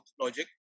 logic